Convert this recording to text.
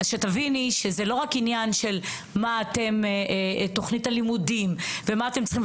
תביני שזה לא רק עניין של תוכנית הלימודים ומה אתם צריכים.